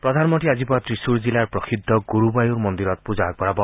প্ৰধানমন্ত্ৰীয়ে আজি পুৱা ত্ৰিছুৰ জিলাৰ প্ৰসিদ্ধ গুৰুবায়ুৰ মন্দিৰত পূজা আগবঢ়াব